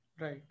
Right